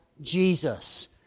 Jesus